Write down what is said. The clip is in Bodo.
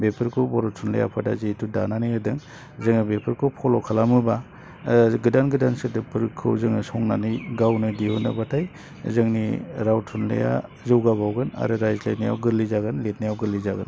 बेफोरखौ बर' थुनलाइ आफादा जिहेथु दानानै होदों जोङो बेफोरखौ फल' खालामोबा गोदान गोदान सोदोबखौ जोङो संनानै गावनो दिहुनोबाथाय जोंनि राव थुनलाइया जौगाबावगोन आरो राज्लायनायाव गोरलै जागोन लिरनायाव गोरलै जागोन